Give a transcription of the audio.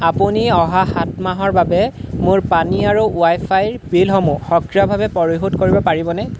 আপুনি অহা সাত মাহৰ বাবে মোৰ পানী আৰু ৱাইফাইৰ বিলসমূহ সক্ৰিয়ভাৱে পৰিশোধ কৰিব পাৰিবনে